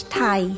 Thai